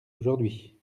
aujourd’hui